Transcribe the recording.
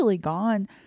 gone